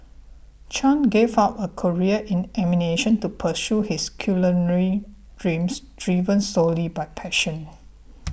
Chan gave up a career in animation to pursue his culinary dreams driven solely by passion